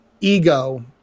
ego